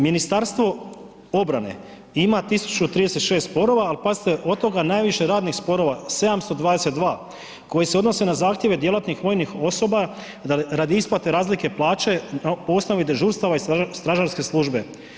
Ministarstvo obrane ima 1036 sporova, al pazite od toga najviše radnih sporova 722 koji se odnose na zahtjeve djelatnih vojnih osoba radi isplate razlike plaće po osnovi dežurstava i stražarske službe.